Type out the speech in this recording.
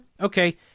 okay